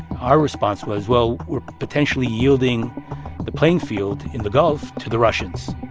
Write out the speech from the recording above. our response was, well, we're potentially yielding the playing field in the gulf to the russians.